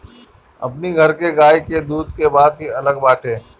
अपनी घर के गाई के दूध के बात ही अलग बाटे